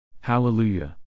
Hallelujah